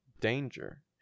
danger